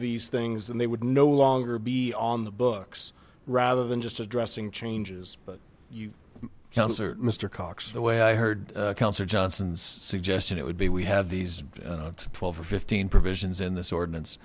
these things and they would no longer be on the books rather than just addressing changes you cancer mr cox the way i heard cancer johnson's suggested it would be we have these twelve or fifteen provisions in this ordinance